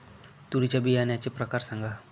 तूरीच्या बियाण्याचे प्रकार सांगा